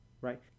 right